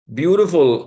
beautiful